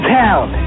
town